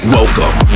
Welcome